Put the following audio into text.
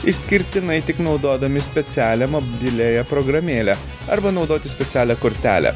išskirtinai tik naudodami specialią mobiliąją programėlę arba naudoti specialią kortelę